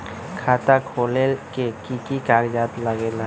खाता खोलेला कि कि कागज़ात लगेला?